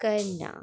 करना